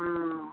हाँ